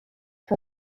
for